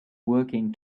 working